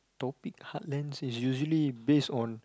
topic heartlands is usually based on